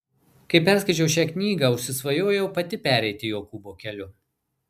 kai perskaičiau šią knygą užsisvajojau pati pereiti jokūbo keliu